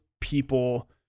people –